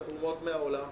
התרומות מהעולם,